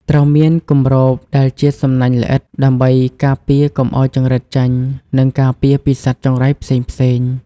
ត្រូវមានគម្របដែលជាសំណាញ់ល្អិត ដើម្បីការពារកុំឲ្យចង្រិតចេញ និងការពារពីសត្វចង្រៃផ្សេងៗ។